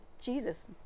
Jesus